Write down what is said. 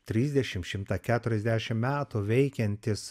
trisdešim šimtą keturiasdešim metų veikiantis